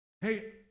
hey